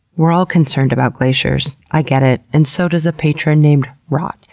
we're all concerned about glaciers. i get it. and so does a patron named rot,